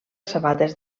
sabates